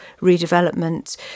redevelopment